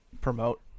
promote